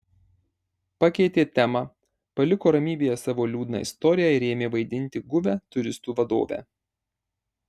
pakeitė temą paliko ramybėje savo liūdną istoriją ir ėmė vaidinti guvią turistų vadovę